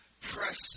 Press